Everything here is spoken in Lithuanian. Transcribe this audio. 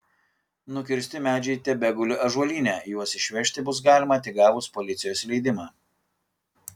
nukirsti medžiai tebeguli ąžuolyne juos išvežti bus galima tik gavus policijos leidimą